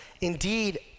indeed